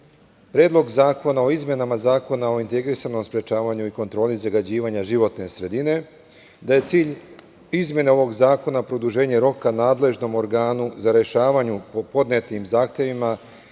Predlog zakona o izmenama Zakona o integrisanom sprečavanju i kontroli zagađivanja životne sredine, da je cilj izmene ovog zakona produženje roka nadležnom organu za rešavanje po podnetim zahtevima